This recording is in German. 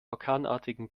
orkanartigen